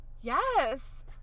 Yes